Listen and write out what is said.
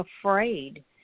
afraid